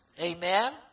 Amen